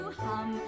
hum